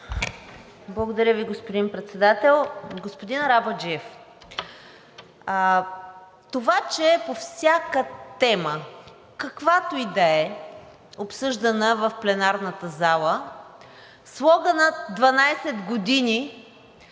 Благодаря Ви, господин Председател. Господин Арабаджиев, това, че по всяка тема, каквато и да е, обсъждана в пленарната зала, слоганът „12 години“